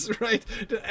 right